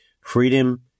Freedom